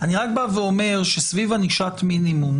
אני רק אומר שסביב ענישת מינימום